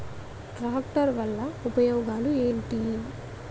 Tractor వల్ల ఉపయోగాలు ఏంటీ?